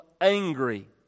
angry